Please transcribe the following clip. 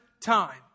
time